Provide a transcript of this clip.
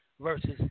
versus